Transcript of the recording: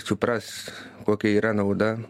supras kokia yra nauda